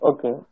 Okay